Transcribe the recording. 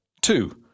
Two